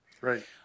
Right